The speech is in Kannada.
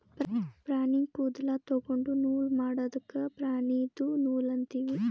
ಪ್ರಾಣಿ ಕೂದಲ ತೊಗೊಂಡು ನೂಲ್ ಮಾಡದ್ಕ್ ಪ್ರಾಣಿದು ನೂಲ್ ಅಂತೀವಿ